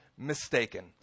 mistaken